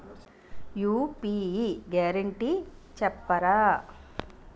UPI guarantee చెప్తారా?